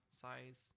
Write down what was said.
size